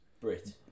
Brit